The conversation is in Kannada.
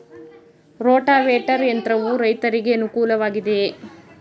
ರೋಟಾವೇಟರ್ ಯಂತ್ರವು ರೈತರಿಗೆ ಅನುಕೂಲ ವಾಗಿದೆಯೇ?